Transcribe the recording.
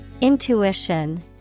Intuition